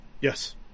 Yes